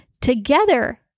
Together